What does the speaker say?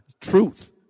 Truth